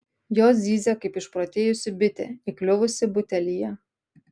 jos zyzia kaip išprotėjusi bitė įkliuvusi butelyje